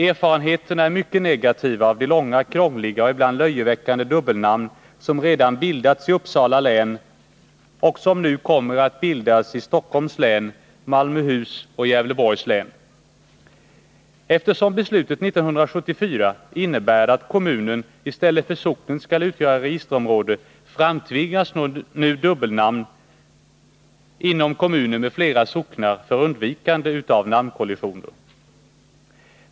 Erfarenheterna är mycket negativa av de långa, krångliga och ibland löjeväckande dubbelnamn som redan bildats i Uppsala län och som nu kommer att bildas i Stockholms, Malmöhus och Gävleborgs län. Eftersom beslutet 1974 innebär att kommunen i stället för socknen skulle utgöra registerområde framtvingas nu på grund av namnkollisioner dubbelnamn inom kommuner med flera socknar.